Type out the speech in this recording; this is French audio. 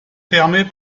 fermée